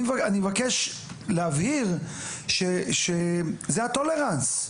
אני מבקש להבהיר שזה ה- tolerance.